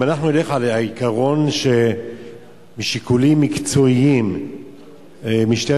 אם אנחנו נלך על העיקרון שמשיקולים מקצועיים משטרת